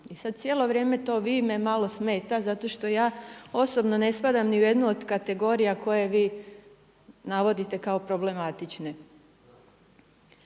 I sad cijelo vrijeme to vi me malo smeta zato što ja osobno ne spadam ni u jednu od kategorija koje vi navodite kao problematične.